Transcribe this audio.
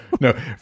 no